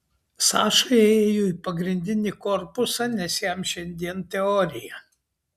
saša ėjo į pagrindinį korpusą nes jam šiandien teorija